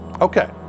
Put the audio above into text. okay